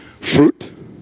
fruit